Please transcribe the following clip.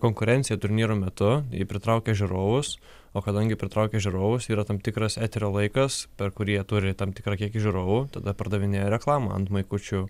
konkurencija turnyro metu pritraukia žiūrovus o kadangi pritraukia žiūrovus yra tam tikras eterio laikas per kurį jie turi tam tikrą kiekį žiūrovų tada pardavinėja reklamą ant maikučių